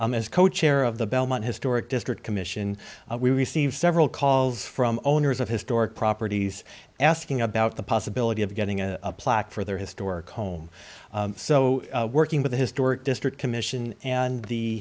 as co chair of the bellman historic district commission we received several calls from owners of historic properties asking about the possibility of getting a plaque for their historic home so working with the historic district commission and the